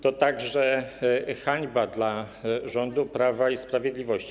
To także hańba dla rządu Prawa i Sprawiedliwości.